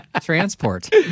transport